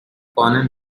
born